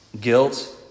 Guilt